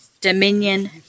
dominion